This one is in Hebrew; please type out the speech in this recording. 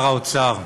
האוצר,